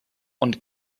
und